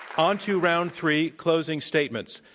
on to round three, closing statements.